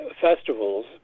festivals